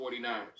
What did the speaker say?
49ers